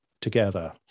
together